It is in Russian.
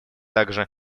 также